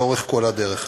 לאורך כל הדרך.